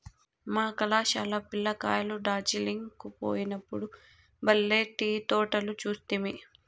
మా కళాశాల పిల్ల కాయలు డార్జిలింగ్ కు పోయినప్పుడు బల్లే టీ తోటలు చూస్తిమి